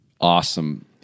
awesome